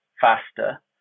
faster